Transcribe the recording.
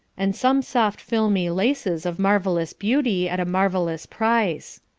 and some soft filmy laces of marvellous beauty at a marvellous price.